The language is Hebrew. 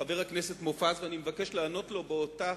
חבר הכנסת מופז, ואני מבקש לענות לו באותה